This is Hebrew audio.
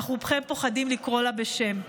אך רובכם פוחדים לקרוא לה בשם.